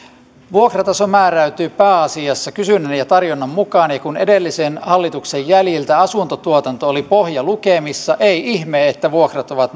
vuokrataso määräytyy pääasiassa kysynnän ja tarjonnan mukaan eli kun edellisen hallituksen jäljiltä asuntotuotanto oli pohjalukemissa ei ole ihme että vuokrat ovat